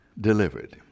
delivered